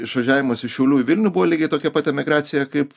išvažiavimas iš šiaulių į vilnių buvo lygiai tokia pat emigracija kaip